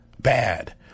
bad